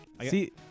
See